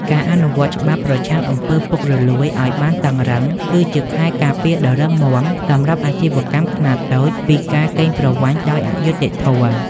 ការអនុវត្តច្បាប់ប្រឆាំង អំពើពុករលួយ ឱ្យបានតឹងរ៉ឹង គឺជាខែលការពារដ៏រឹងមាំសម្រាប់អាជីវកម្មខ្នាតតូចពីការកេងប្រវ័ញ្ចដោយអយុត្តិធម៌។